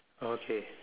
okay